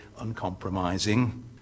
uncompromising